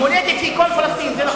המולדת היא כל פלסטין, זה נכון.